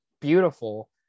beautiful